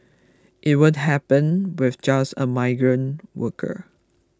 it won't happen with just a migrant worker